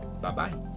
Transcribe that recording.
Bye-bye